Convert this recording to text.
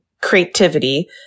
creativity